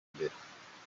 imbere